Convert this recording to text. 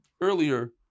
earlier